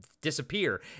disappear